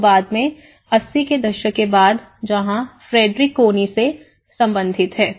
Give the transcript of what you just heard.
जो बाद में 80 के दशक के बाद जहां फ्रेडरिक कोनी से संबंधित था